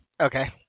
okay